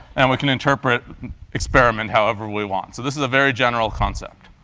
and we can interpret experiment however we want. so this is a very general concept.